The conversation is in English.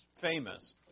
famous